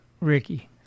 Ricky